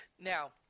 Now